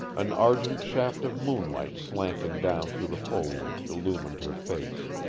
an argent shaft of moonlight slanting down through the foliage illumined her face.